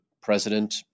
president